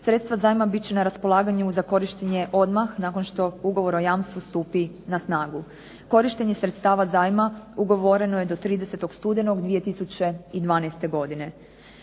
Sredstva zajma bit će na raspolaganju za korištenje odmah nakon što ugovor o jamstvu stupi na snagu. Korištenje sredstava zajma ugovoreno je do 30. studenog 2012. godine.